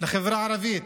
לחברה הערבית,